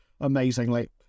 amazingly